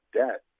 debt